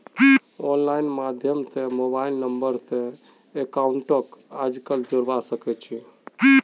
online माध्यम स mobile number स अकाउंटक आजकल जोडवा सके छी